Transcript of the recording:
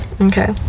Okay